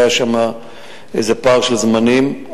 היה שם איזה פער של זמנים,